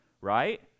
right